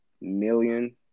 million